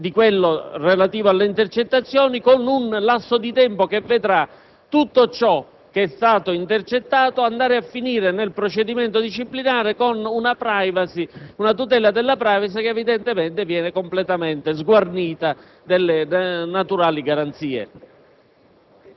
di quello relativo alle intercettazioni, con un lasso di tempo che vedrà tutto ciò che è stato intercettato andare a finire nel procedimento disciplinare con una tutela della *privacy* che evidentemente viene completamente sguarnita delle naturali garanzie?